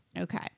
Okay